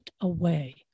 away